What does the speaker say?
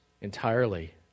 entirely